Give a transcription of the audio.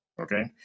okay